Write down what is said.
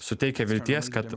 suteikia vilties kad